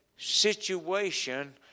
situation